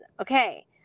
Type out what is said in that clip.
Okay